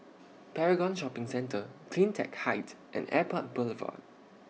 Paragon Shopping Centre CleanTech Height and Airport Boulevard